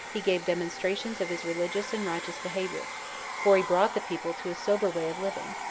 he gave demonstrations of his religious and righteous behavior for he brought the people to a sober way of living,